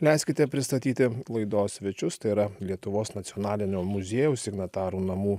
leiskite pristatyti laidos svečius tai yra lietuvos nacionalinio muziejaus signatarų namų